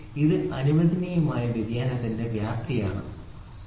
ഇത് അനുവദനീയമായ വ്യതിയാനത്തിന്റെ വ്യാപ്തിയാണ് ശരി